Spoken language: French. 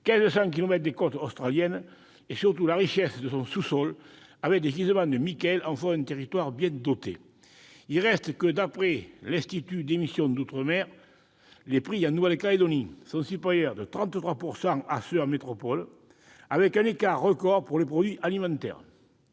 des côtes australiennes -et, surtout, la richesse de son sous-sol, en particulier ses gisements de nickel, en font un territoire bien doté. Il reste que, d'après l'Institut d'émission d'outre-mer, les prix en Nouvelle-Calédonie sont supérieurs de 33 % à ceux constatés en métropole, avec un écart record pour les produits alimentaires.